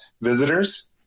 visitors